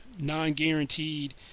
non-guaranteed